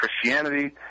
Christianity